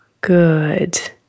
good